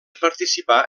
participar